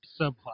subplot